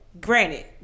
granted